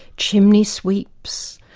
chimney-sweeps,